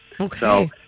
Okay